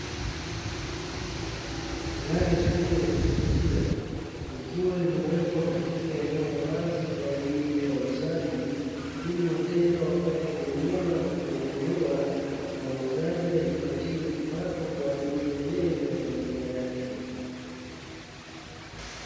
Gari zuri lenye kuvutia likiwa limewekwa katika eneo la waz,i kwa ajili ya uuzaji ili wateja wapate kuliona na kulinunua. Na muuzaji ajipatie kipato kwa ajili ya yeye na familia yake.